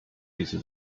diese